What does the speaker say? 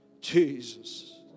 Jesus